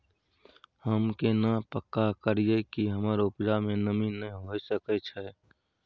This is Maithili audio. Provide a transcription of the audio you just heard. हम केना पक्का करियै कि हमर उपजा में नमी नय होय सके छै?